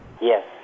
Yes